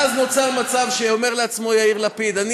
ואז נוצר מצב שאומר לעצמו יאיר לפיד: אני